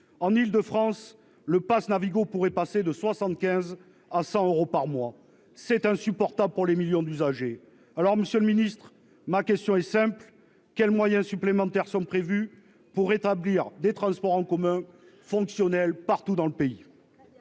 en Île-de-France le passe Navigo pourrait passer de 75 à 100 euros par mois, c'est insupportable pour les millions d'usagers alors Monsieur le ministre ma question est simple : quels moyens supplémentaires sont prévus pour établir des transports en commun fonctionnel partout dans le pays.